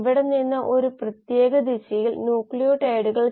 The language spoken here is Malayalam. മറ്റ് നിരക്കുകൾ എക്സ്ട്രാ സെല്ലുലാർ മെറ്റബോളിറ്റുകളാണ്